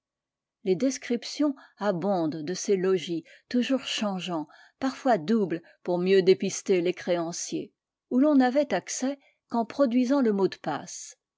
les descriptions abondent de ses logis toujours changeants parfois doubles pour mieux dépister les créanciers où l'on n'avait accès qu'en produisant le mot de passe